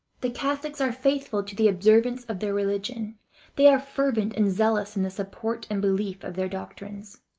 the catholics are faithful to the observances of their religion they are fervent and zealous in the support and belief of their doctrines.